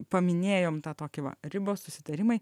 paminėjom tą tokį va ribos susitarimai